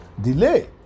Delay